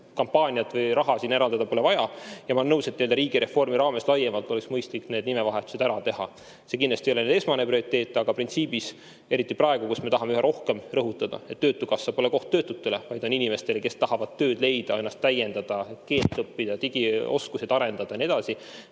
kampaaniat teha või sinna raha eraldada pole vaja. Ma olen nõus, et riigireformi raames laiemalt oleks mõistlik need nimevahetused ära teha. See kindlasti ei ole prioriteet, aga printsiibina, eriti praegu, kui me tahame üha rohkem rõhutada, et töötukassa pole koht töötutele, vaid inimestele, kes tahavad tööd leida, ennast täiendada, keelt õppida, digioskusi arendada ja nii edasi,